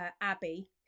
Abby